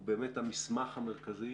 הוא באמת המסמך המרכזי